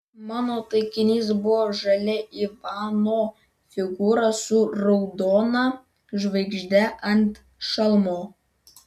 mano taikinys buvo žalia ivano figūra su raudona žvaigžde ant šalmo